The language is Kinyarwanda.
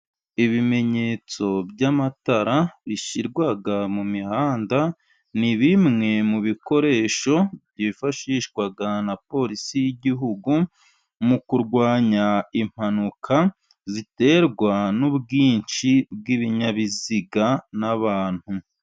Ibimenyetso by'amatara bishyirwa mu mihanda, ni bimwe mu bikoresho byifashishwa na polisi y'Igihugu mu kurwanya impanuka, ziterwa n'ubwinshi bw'ibinyabiziga n'abantu.